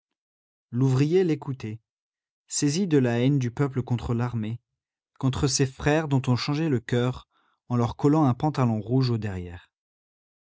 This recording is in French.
l'ouvrier l'écoutait saisi de la haine du peuple contre l'armée contre ces frères dont on changeait le coeur en leur collant un pantalon rouge au derrière